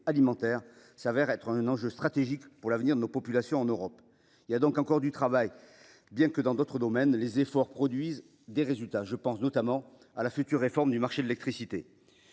alimentaire est un enjeu stratégique pour l’avenir des populations d’Europe. Il y a donc encore du travail, même si dans d’autres domaines les efforts produisent des résultats. Je pense notamment à la future réforme du marché de l’électricité.